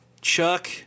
Chuck